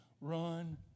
run